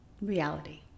reality